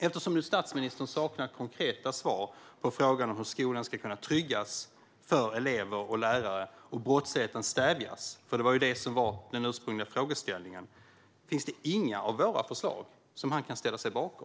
Eftersom nu statsministern saknar konkreta svar på frågan hur skolan ska kunna tryggas för elever och lärare och brottsligheten stävjas - det var ju detta som var den ursprungliga frågeställningen - undrar jag: Är det inga av våra förslag som han kan ställa sig bakom?